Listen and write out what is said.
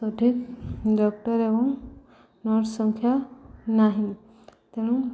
ସଠିକ୍ ଡ଼କ୍ଟର୍ ଏବଂ ନର୍ସ ସଂଖ୍ୟା ନାହିଁ ତେଣୁ